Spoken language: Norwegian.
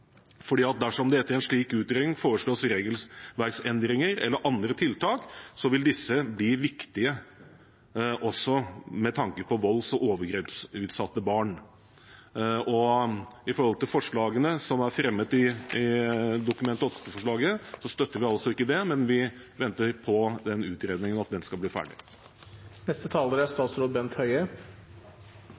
Dersom det etter en slik utredning foreslås regelverksendringer eller andre tiltak, vil disse bli viktige også med tanke på volds- og overgrepsutsatte barn. Og med tanke på forslagene som er fremmet i Dokument 8-forslaget, støtter vi altså ikke dem. Vi venter på at denne utredningen skal bli ferdig. Regjeringen vil prioritere arbeidet med å bekjempe vold og